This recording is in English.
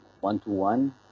one-to-one